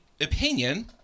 opinion